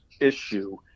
issue